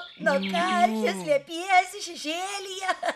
nuo karščio slepiesi šešėlyje